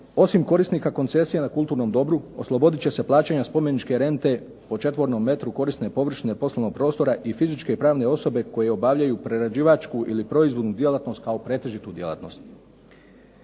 osim korisnika koncesija na kulturnom dobru oslobodit će se plaćanja spomeničke rente po četvornom metru korisne površine poslovnog prostora i fizičke i pravne osobe koje obavljaju prerađivačku ili proizvodnu djelatnost kao pretežitu djelatnost.